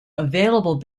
available